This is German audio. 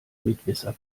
mitwisser